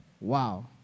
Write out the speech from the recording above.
wow